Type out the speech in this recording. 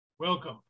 Welcome